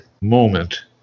moment